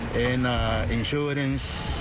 and insurance,